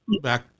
back